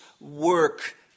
work